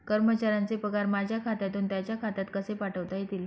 कर्मचाऱ्यांचे पगार माझ्या खात्यातून त्यांच्या खात्यात कसे पाठवता येतील?